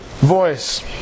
voice